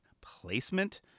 placement